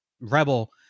Rebel